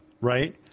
right